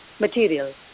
materials